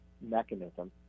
mechanism